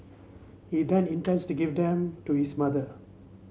he then intends to give them to his mother